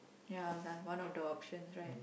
ya one of the options right